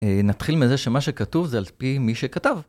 נתחיל מזה שמה שכתוב זה על פי מי שכתב.